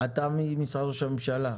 אתה ממשרד ראש המשלה.